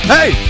Hey